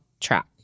track